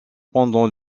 pendant